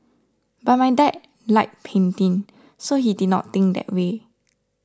but my dad liked painting so he did not think that way